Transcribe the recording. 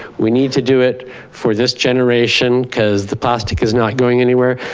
we need to do it for this generation cause the plastic is not going anywhere.